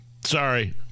Sorry